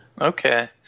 Okay